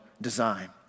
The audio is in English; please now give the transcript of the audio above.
design